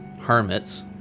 hermits